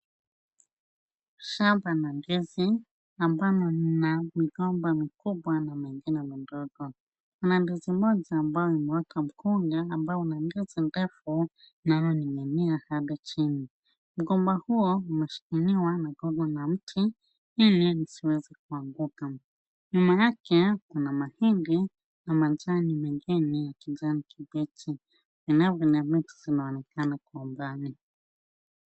Shamba la ndizi ambalo lina migomba mikubwa na mingine midogo. Kuna ndizi moja ambayo imeota mkunga ambao una ndizi refu, linaloning'inia hadi chini. Mgomba huo umeshikiliwa na mgomba wa mti ili lisiweze kuanguka. Nyuma yake kuna mahindi na majani mengine ya kijani kibichi. Vilevile miti zinaonekana kwa umbali.